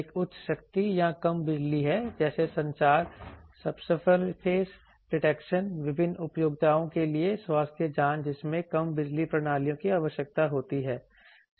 एक उच्च शक्ति या कम बिजली है जैसे संचार सबसरफेस डिटेक्शन विभिन्न उपयोगिताओं के लिए स्वास्थ्य जांच जिसमें कम बिजली प्रणालियों की आवश्यकता होती है